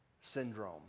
syndrome